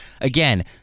Again